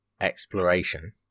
exploration